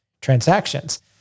transactions